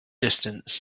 distance